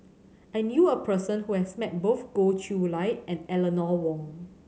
I knew a person who has met both Goh Chiew Lye and Eleanor Wong